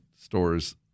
stores